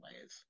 ways